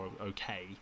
okay